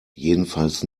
jedenfalls